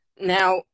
Now